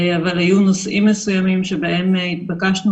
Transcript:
אבל היו נושאים מסוימים שבהם התבקשנו